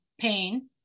pain